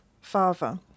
father